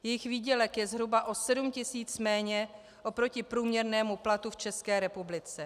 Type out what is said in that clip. Jejich výdělek je zhruba o 7 tisíc méně oproti průměrnému platu v České republice.